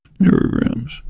Neurograms